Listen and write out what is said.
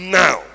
now